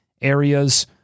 areas